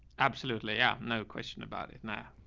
absolutely. yeah. no question about it. no,